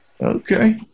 Okay